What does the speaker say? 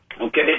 Okay